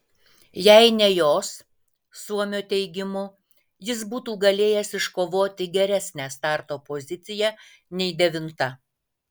jei ne jos suomio teigimu jis būtų galėjęs iškovoti geresnę starto poziciją nei devinta